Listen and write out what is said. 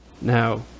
Now